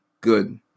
Good